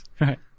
Right